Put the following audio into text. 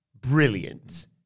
brilliant